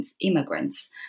immigrants